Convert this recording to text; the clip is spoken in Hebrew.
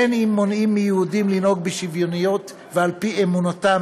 בין אם מונעים מיהודים לנהוג בשוויוניות ועל פי אמונתם